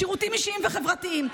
שירותים אישיים וחברתיים.